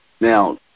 now